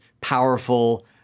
powerful